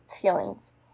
feelings